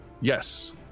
Yes